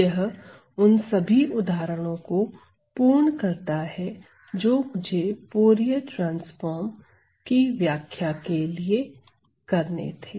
यह उन सभी उदाहरण को पूर्ण करता है जो मुझे फूरिये ट्रांसफार्म की व्याख्या के लिए करने थे